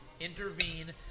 Intervene